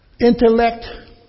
Intellect